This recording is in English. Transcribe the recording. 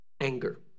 anger